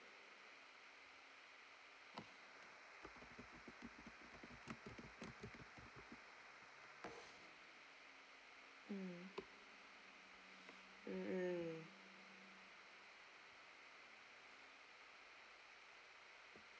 mm mm mm